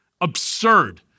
absurd